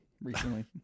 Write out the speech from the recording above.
recently